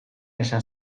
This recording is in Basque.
esan